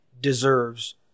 deserves